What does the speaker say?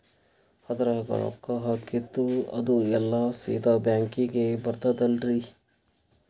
ಅದ್ರಗ ರೊಕ್ಕ ಹಾಕಿದ್ದು ಅದು ಎಲ್ಲಾ ಸೀದಾ ಬ್ಯಾಂಕಿಗಿ ಬರ್ತದಲ್ರಿ?